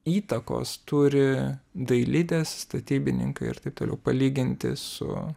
įtakos turi dailidės statybininkai ir taip toliau palyginti su